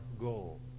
goal